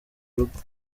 urugo